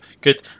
good